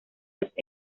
los